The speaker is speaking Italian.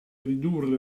ridurre